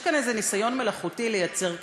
יש כאן איזה ניסיון מלאכותי לייצר קטטה.